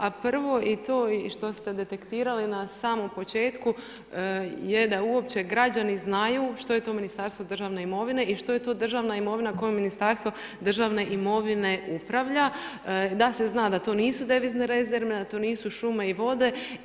A prvo i to što ste detektirali na samom početku je da uopće građani znaju što je to Ministarstvo državne imovine i što je to državna imovina kojom Ministarstvo državne imovine upravlja, da se zna da to nisu devizne rezerve, da to nisu šume i vode.